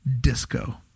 disco